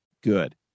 good